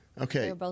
Okay